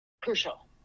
crucial